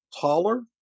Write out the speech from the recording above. taller